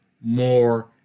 more